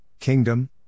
Kingdom